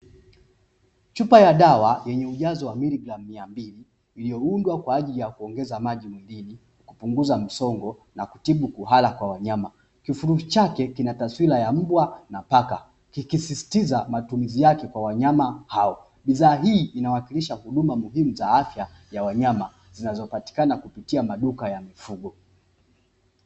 Chupa ya dawa yenye ujazo wa miligramu miambili iliyoundwa kwajili ya kuongeza maji mwilini, kupunguza msongo na kutibu kuhara kwa wanyama, kifurushi chake kina taswira ya mbwa na paka, kikisisitiza matumizi yake kwa wanyama hawa, bidhaa hii inawakilisha huduma muhimu za afya ya wanyama, zinazopatika kupitia maduka ya mifugo.